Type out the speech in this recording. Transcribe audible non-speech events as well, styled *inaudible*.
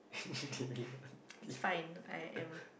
*laughs* H_D_B aunty